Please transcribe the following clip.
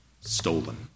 stolen